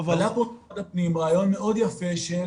גם ברמה של מחלקת החינוך של כל יישוב ויישוב